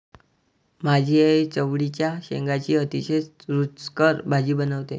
माझी आई चवळीच्या शेंगांची अतिशय रुचकर भाजी बनवते